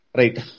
right